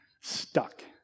stuck